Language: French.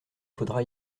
faudra